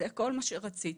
זה כל מה שרציתי.